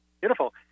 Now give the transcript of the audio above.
Beautiful